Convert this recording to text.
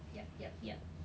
yup yup yup